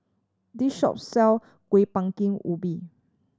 this shop sell Kueh Bingka Ubi